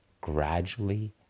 gradually